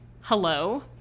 Hello